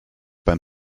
beim